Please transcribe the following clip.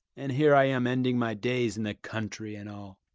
and here i am ending my days in the country, and all.